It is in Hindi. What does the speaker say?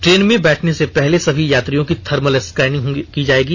ट्रेन में बैठने से पहले सभी यात्रियों की थर्मल स्कैनिंग की जायेगी